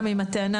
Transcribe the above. גם עם הטענה